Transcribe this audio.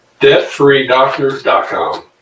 Debtfreedoctors.com